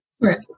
Right